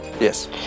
Yes